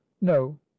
no